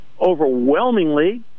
overwhelmingly